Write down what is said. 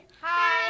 Hi